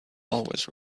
always